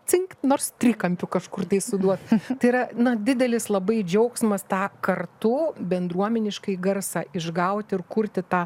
cingt nors trikampiu kažkur tai suduoti tai yra na didelis labai džiaugsmas tą kartų bendruomeniškai garsą išgauti ir kurti tą